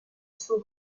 suo